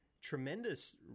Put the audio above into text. tremendous